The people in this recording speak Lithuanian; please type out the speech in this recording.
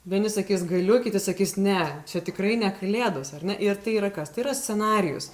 vieni sakys galiu kiti sakys ne čia tikrai ne kalėdos ar ne ir tai yra kas tai yra scenarijus